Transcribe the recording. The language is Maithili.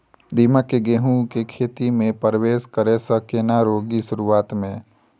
दीमक केँ गेंहूँ केँ खेती मे परवेश करै सँ केना रोकि शुरुआत में?